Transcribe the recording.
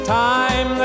time